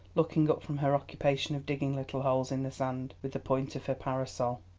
looking up from her occupation of digging little holes in the sand with the point of her parasol.